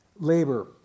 labor